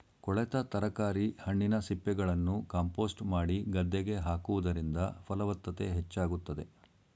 ಕೊಳೆತ ತರಕಾರಿ, ಹಣ್ಣಿನ ಸಿಪ್ಪೆಗಳನ್ನು ಕಾಂಪೋಸ್ಟ್ ಮಾಡಿ ಗದ್ದೆಗೆ ಹಾಕುವುದರಿಂದ ಫಲವತ್ತತೆ ಹೆಚ್ಚಾಗುತ್ತದೆ